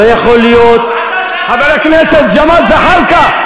אתה יכול להמשיך לצעוק,